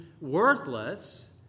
worthless